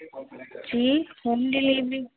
G home delivery